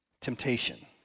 temptation